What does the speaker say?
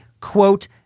quote